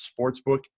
sportsbook